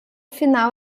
final